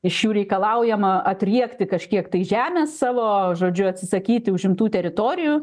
iš jų reikalaujama atriekti kažkiek tai žemės savo žodžiu atsisakyti užimtų teritorijų